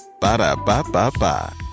Ba-da-ba-ba-ba